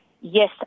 Yes